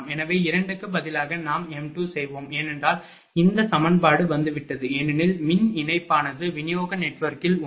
எனவே 2 க்கு பதிலாக நாம் m2 செய்வோம் ஏனென்றால் இந்த சமன்பாடு வந்துவிட்டது ஏனெனில் மின் இணைப்பானது விநியோக நெட்வொர்க்கில் ஒன்று